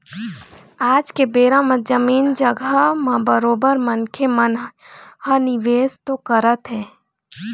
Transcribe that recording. आज के बेरा म जमीन जघा म बरोबर मनखे मन ह निवेश तो करत हें